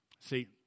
See